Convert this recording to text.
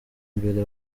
mbere